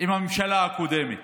עם הממשלה הקודמת,